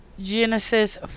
Genesis